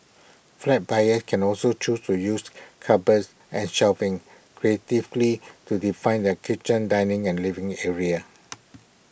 flat buyers can also choose to use cupboards and shelving creatively to define their kitchen dining and living areas